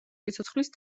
სიცოცხლის